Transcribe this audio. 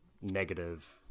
negative